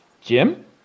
Jim